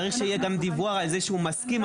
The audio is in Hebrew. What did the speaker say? צריך שיהיה גם דיווח על זה שהוא מסכים,